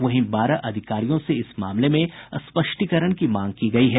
वहीं बारह अधिकारियों से इस मामले में स्पष्टीकरण की मांग की गयी है